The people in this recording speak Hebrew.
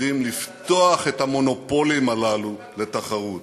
עובדים לפתוח את המונופולים הללו לתחרות.